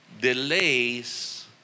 Delays